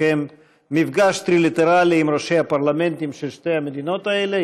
התקיים מפגש טרילטרלי עם ראשי הפרלמנטים של שתי המדינות האלה,